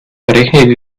berechne